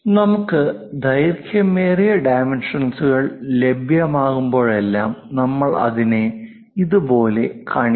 നമുക്ക് ദൈർഘ്യമേറിയ ഡൈമെൻഷൻസ്കൾ ലഭ്യമാകുമ്പോഴെല്ലാം നമ്മൾ അതിനെ ഇതുപോലെ കാണിക്കുന്നു